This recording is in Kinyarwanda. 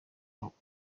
umurwa